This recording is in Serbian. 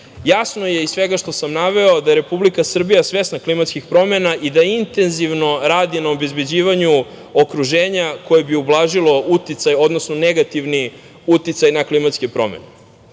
bašte. Jasno je iz svega što sam naveo da je Republika Srbija svesna klimatskih promena i da intenzivno radi na obezbeđivanju okruženja koje bi ublažilo uticaj, odnosno negativni uticaj na klimatske promene.S